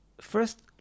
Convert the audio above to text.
First